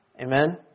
Amen